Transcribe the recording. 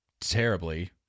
terribly